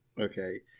okay